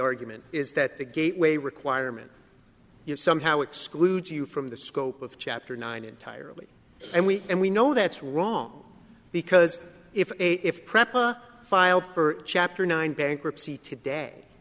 argument is that the gateway requirement you're somehow exclude you from the scope of chapter nine entirely and we and we know that's wrong because if prep or filed for chapter nine bankruptcy today